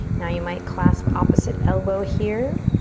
now you might clasp opposite elbow here.